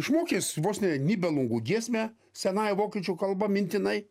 išmokęs vos ne nibelungų giesmę senąja vokiečių kalba mintinai